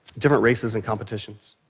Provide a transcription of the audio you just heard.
different races and competitions.